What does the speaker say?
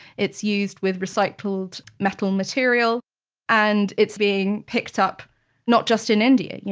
it's used with recycled metal material and it's being picked up not just in india. yeah